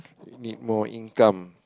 you need more income